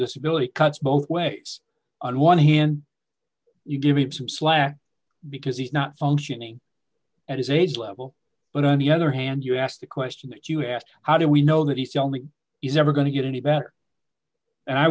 disability cuts both ways on one hand you give him some slack because he's not functioning at his age level but on the other hand you asked the question that you asked how do we know that he's only he's never going to get any better and i